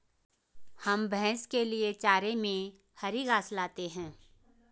हम भैंस के लिए चारे में हरी घास लाते हैं